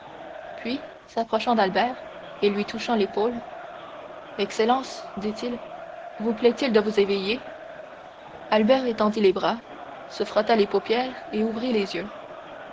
puis s'approchant d'albert et lui touchant l'épaule excellence dit-il vous plaît-il de vous éveiller albert étendit les bras se frotta les paupières et ouvrit les yeux